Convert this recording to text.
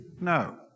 No